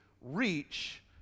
reach